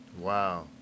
Wow